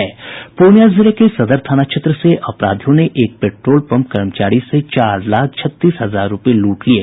पूर्णिया जिले के सदर थाना क्षेत्र से अपराधियों ने एक पेट्रोलपंप कर्मचारी से चार लाख छत्तीस हजार रुपये लूट लिये